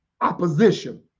opposition